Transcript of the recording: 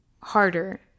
harder